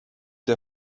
der